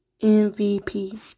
MVP